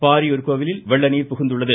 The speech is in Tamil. பாரியூர் கோவிலில் வெள்ளநீர் புகுந்துள்ளது